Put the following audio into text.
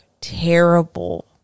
terrible